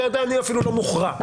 אתה יודע, אני אפילו לא מוכרע.